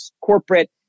corporate